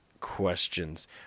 questions